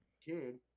kid